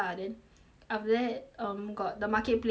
after that um got the marketplace where you can